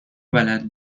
بلد